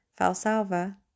falsalva